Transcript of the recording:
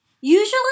Usually